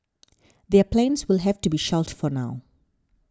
their plans will have to be shelved for now